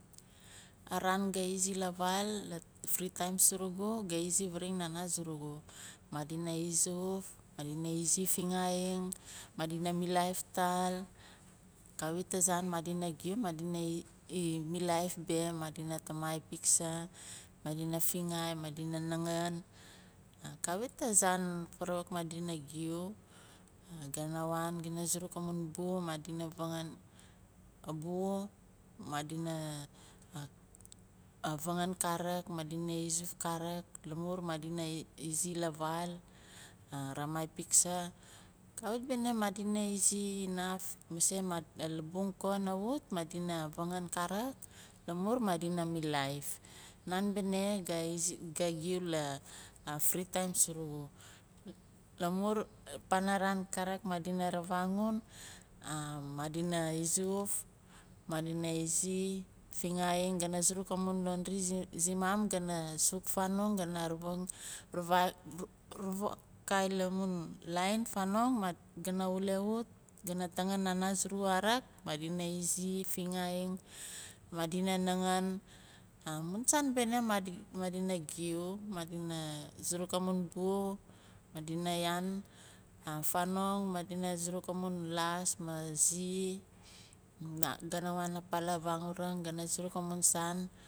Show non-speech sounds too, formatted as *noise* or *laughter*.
Araan ga izi la vaal la free time surugu gai izi varing nana surugu madina izuf madina izi fingaaing madina milaif taal kawit azaan madina giu madina milaif beh madina tamai piksa madina fingaai madina nangaan kawit azaan farawuk madina giu gana waan gana suruk amun bu madina vangan abu madina fangan karik madina izuf karik maar madina izi la vaal tamai piksa kawit bene madina izi kanaf mase ka labung kana wut madina vangan karik lamur madina milaif nan bene ga izi giu la free time surugu. Lamur panaran karik madina ravangon madina izuf madina izi fingaaing gana suruk amun laundry simum gana zuk fanong *unintelligible* line fanong gana wulewut gana taangin nana surugu karik madina *unintelligible* fingaaing madina nangaan amun saan bene madina giu madina suruk amun bu madina yaan fanong madina suruk amun laas maah zi gana waan apa la vanguring suruk amun saan.